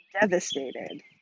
devastated